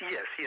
Yes